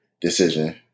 decision